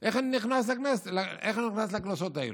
איך אני נכנס לכנסות האלה?